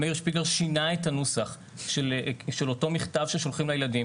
הוא שינה את הנוסח של אותו מכתב ששולחים לילדים